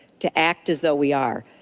to act as though we are.